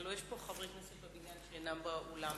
הרי יש חברי כנסת בבניין שאינם באולם,